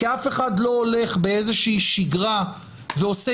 כי אף אחד לא הולך באיזושהי שגרה ועושה